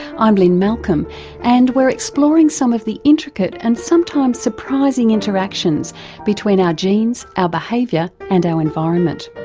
i'm lynne malcolm and we're exploring some of the intricate and sometimes surprising interactions between our genes, our behaviour and our environment.